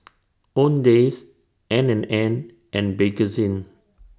Owndays N and N and Bakerzin